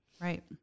right